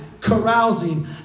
Carousing